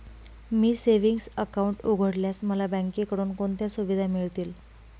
मी savings account उघडल्यास मला बँकेकडून कोणत्या सुविधा मिळतील?